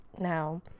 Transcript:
now